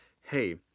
hey